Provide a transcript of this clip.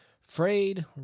frayed